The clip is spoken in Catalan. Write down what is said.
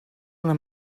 una